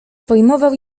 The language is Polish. pojmował